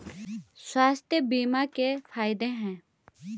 स्वास्थ्य बीमा के फायदे हैं?